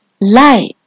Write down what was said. light